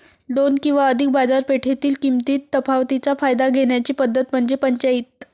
दोन किंवा अधिक बाजारपेठेतील किमतीतील तफावतीचा फायदा घेण्याची पद्धत म्हणजे पंचाईत